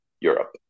europe